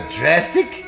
drastic